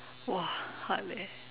!wah! hard leh